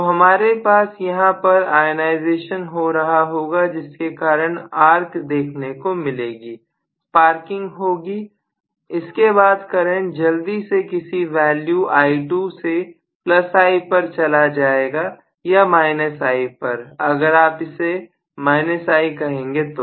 तो हमारे पास यहां पर आयनाइजेशन हो रहा होगा जिसके कारण आर्क देखने को मिलेगी स्पार्किंग होगी इसके बाद करंट जल्दी से किसी वैल्यू i2 से I पर चला जाएगा या I पर अगर आप इसे I कहेंगे तो